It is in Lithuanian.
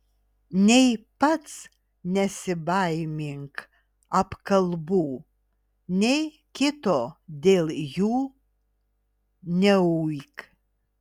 nei pats nesibaimink apkalbų nei kito dėl jų neuik